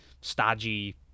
stodgy